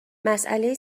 مسئله